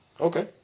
Okay